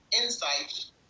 Insights